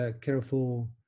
careful